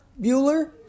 Bueller